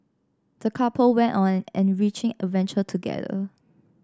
the couple went on an enriching adventure together